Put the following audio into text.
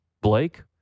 Blake